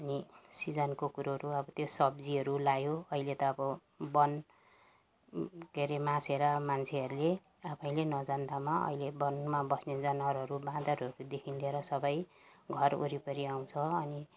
अनि सिजनको कुरोहरू अब त्यो सब्जीहरू लगायो अहिले त अब वन के हरे मासेर मान्छेहरूले आफैले नजान्दामा अहिले वनमा बस्ने जनावरहरू बाँदरहरूदेखि लिएर सबै घर वरिपरि आउँछ अनि